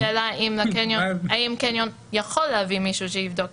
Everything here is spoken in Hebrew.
השאלה האם קניון יכול להביא מישהו שיבדוק